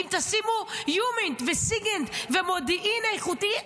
אם תשימו יומינט וסיגינט ומודיעין ואיכותי,